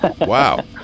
Wow